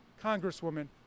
Congresswoman